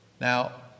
Now